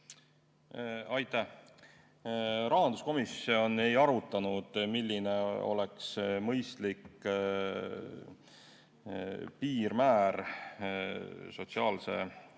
Aitäh! Rahanduskomisjon ei arutanud, milline oleks mõistlik piirmäär sotsiaalse